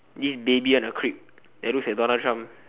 this baby on a crib that looks like Donald Trump